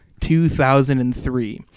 2003